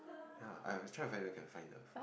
ya I will try to find whether I can find the